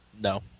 No